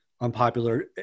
unpopular